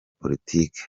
politiki